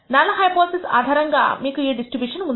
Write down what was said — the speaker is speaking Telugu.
నల్ హైపోథిసిస్ ఆధారంగా మీకు ఈ డిస్ట్రిబ్యూషన్ ఉంది